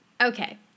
Okay